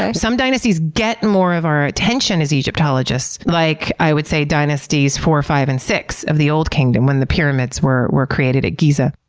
ah some dynasties get more of our attention as egyptologists, like i would say dynasties four, five and six of the old kingdom when the pyramids were were created at giza.